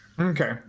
Okay